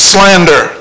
Slander